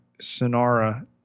Sonara